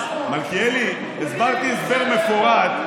מלכיאלי, הסברתי הסבר מפורט.